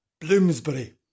Bloomsbury